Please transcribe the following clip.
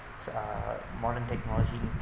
uh modern technology